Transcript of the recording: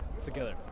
together